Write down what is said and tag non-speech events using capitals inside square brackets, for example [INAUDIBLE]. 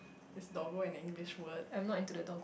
is doggo an English word [BREATH]